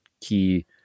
key